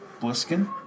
Bliskin